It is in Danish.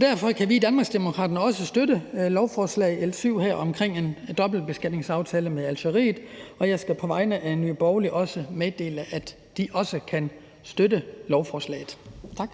Derfor kan vi i Danmarksdemokraterne også støtte lovforslag nr. L 7 her om en dobbeltbeskatningsaftale med Algeriet. Jeg skal på vegne af Nye Borgerlige meddele, at de også kan støtte lovforslaget. Tak.